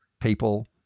people